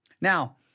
Now